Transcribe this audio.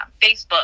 Facebook